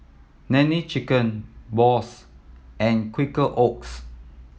Nene Chicken Bose and Quaker Oats